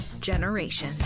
generation